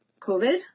COVID